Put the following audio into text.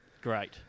Great